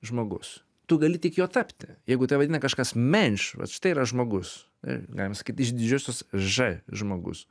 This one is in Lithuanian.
žmogus tu gali tik juo tapti jeigu tave vadina kažkas menš vat štai yra žmogus galima sakyt iš didžiosios ž žmogus